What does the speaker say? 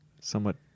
somewhat